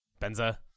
Benza